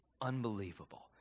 Unbelievable